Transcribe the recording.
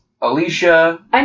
Alicia